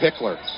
Pickler